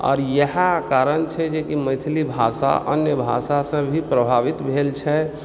आर इएह कारण छै जे कि मैथिली भाषा अन्य भाषा सऽ भी प्रभावित भेल छै